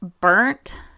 burnt